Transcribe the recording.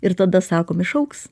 ir tada sakom išaugs